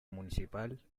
municipal